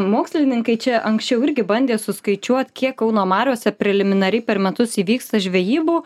mokslininkai čia anksčiau irgi bandė suskaičiuot kiek kauno mariose preliminariai per metus įvyksta žvejybų